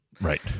Right